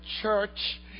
church